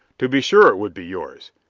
to be sure it would be yours!